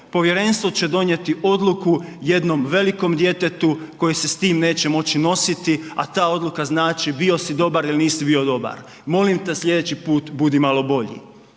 povjerenstvo će donijeti odluku jednom velikom djetetu koje se s tim neće moći nositi, a ta odluka znači, bio si dobar ili nisi bio dobar, molim te sljedeći put budi malo bolji.